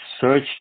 search